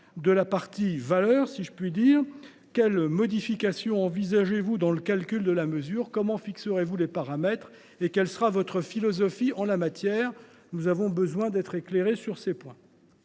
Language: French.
à la partie valeur, si je puis le dire ainsi ? Quelles modifications envisagez vous dans le calcul de la mesure ? Comment fixerez vous les paramètres ? Et quelle sera votre philosophie en la matière ? Nous avons besoin d’être éclairés sur ces points.